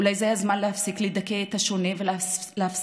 אולי זה הזמן להפסיק לדכא את השונה ולהפסיק